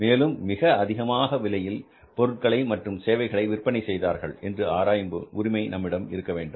மேலும் மிக அதிகமான விலையில் பொருட்களை மற்றும் சேவைகளை விற்பனை செய்தார்கள் என்று ஆராயும் உரிமை நம்மிடம் இருக்க வேண்டும்